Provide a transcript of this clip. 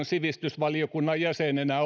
sivistysvaliokunnan jäsenenä